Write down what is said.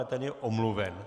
Ten je omluven.